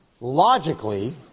logically